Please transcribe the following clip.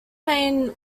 main